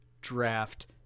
draft